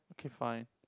okay fine